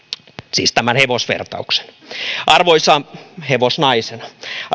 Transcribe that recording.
siis tämän hevosvertauksen hevosnaisena